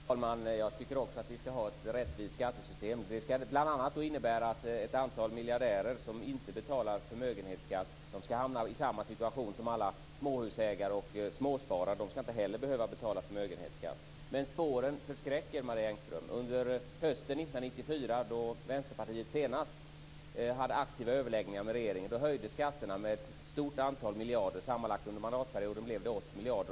Fru talman! Jag tycker också att vi skall ha ett rättvist skattesystem. Det skall bl.a. innebära att ett antal miljardärer som inte betalar förmögenhetsskatt skall hamna i samma situation som alla småhusägare och småsparare. De skall inte behöva betala förmögenhetsskatt. Men spåren förskräcker, Marie Engström. Under hösten 1994, då Vänsterpartiet senast hade aktiva överläggningar med regeringen, höjdes skatterna med ett stort antal miljarder. Sammanlagt under mandatperioden blev det 80 miljarder.